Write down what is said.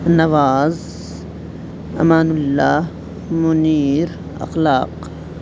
Nawaz Aman Ullah Munir Akhlaq